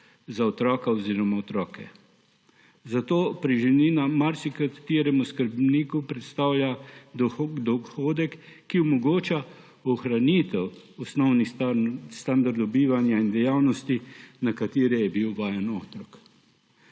za otroka oziroma otroke. Zato preživnina marsikateremu skrbniku predstavlja dohodek, ki omogoča ohranitev osnovnih standardov bivanja in dejavnosti, na katere je bil vajen otrok.